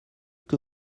que